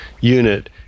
unit